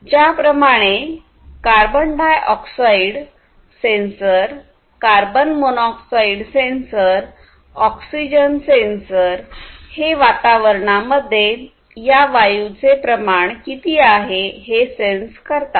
ज्याप्रमाणे carbon dioxide sensor carbon monoxide sensor oxygen sensor हे वातावरणामध्ये या वायूचे प्रमाण किती आहे हे सेन्स करतात